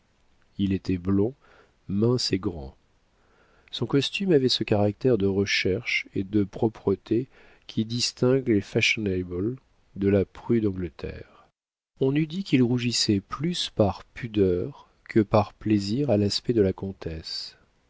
il était blond mince et grand son costume avait ce caractère de recherche et de propreté qui distingue les fashionables de la prude angleterre on eût dit qu'il rougissait plus par pudeur que par plaisir à l'aspect de la comtesse